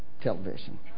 television